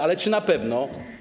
Ale czy na pewno?